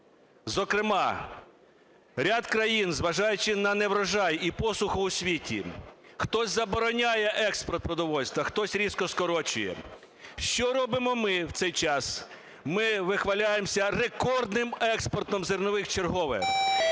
Зокрема, ряд країн, зважаючи на неврожай і посуху у світі, хтось забороняє експорт продовольства, хтось різко скорочує. Що робимо ми в цей час? Ми вихваляємося рекордним експортом зернових вчергове.